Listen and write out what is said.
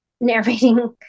narrating